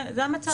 זה המצב.